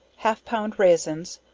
half pound raisins,